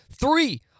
three